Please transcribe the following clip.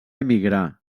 emigrar